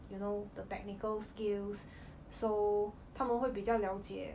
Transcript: you know the technical skills so 他们会比较了解